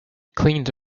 cleaned